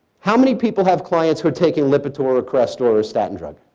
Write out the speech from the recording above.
how many people have clients who are taking lipitor, or crestor or statin drug?